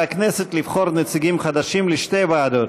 על הכנסת לבחור נציגים חדשים לשתי ועדות: